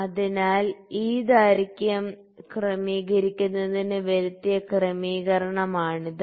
അതിനാൽ ഈ ദൈർഘ്യം ക്രമീകരിക്കുന്നതിന് വരുത്തിയ ക്രമീകരണമാണിത്